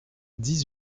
dix